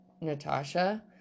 Natasha